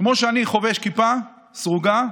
כמו שאני חובש כיפה סרוגה,